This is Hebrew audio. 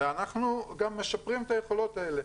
ואנחנו גם משפרים את היכולות האלה.